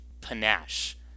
panache